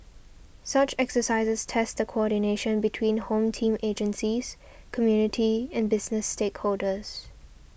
such exercises test the coordination between Home Team agencies community and business stakeholders